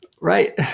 right